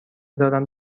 دارم